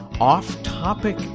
off-topic